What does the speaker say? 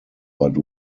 but